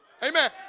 Amen